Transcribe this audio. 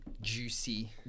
juicy